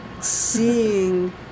seeing